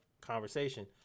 conversation